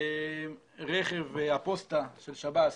רכב הפוסטה של שב"ס